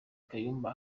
kayumba